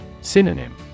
Synonym